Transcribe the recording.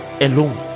alone